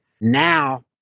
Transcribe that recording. Now